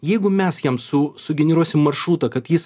jeigu mes jam su sugeneruosim maršrutą kad jis